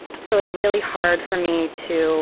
so it's really hard for me to